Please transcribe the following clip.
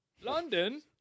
London